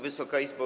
Wysoka Izbo!